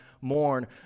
mourn